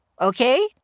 okay